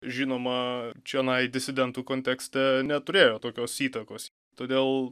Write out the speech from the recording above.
žinoma čionai disidentų kontekste neturėjo tokios įtakos todėl